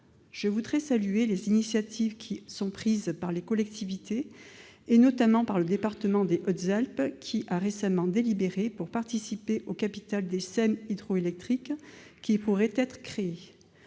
Je voudrais saluer les initiatives prises par les collectivités, notamment par le département des Hautes-Alpes, qui a récemment décidé de participer, le cas échéant, au capital des SEM hydroélectriques qui pourraient être créées.